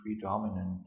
predominant